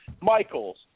Michaels